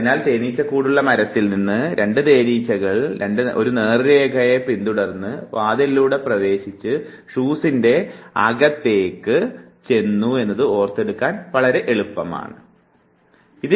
ആയതിനാൽ തേനീച്ചകൂടുള്ള മരത്തിൽ നിന്ന് രണ്ട് തേനീച്ചകൾ ഒരു നേർ രേഖയെ പിന്തുടർന്ന് വാതിലിലൂടെ പ്രവേശിച്ച് ഷൂസിൻറെ അകത്തേക്ക് ചെന്ന് എന്നത് ഓർത്തെടുക്കാൻ വളരെ എളുപ്പമാണ് എന്നതാണ് നിങ്ങൾ മനഃപാഠമാക്കേണ്ടത്